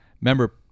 Remember